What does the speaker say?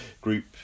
Group